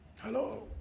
Hello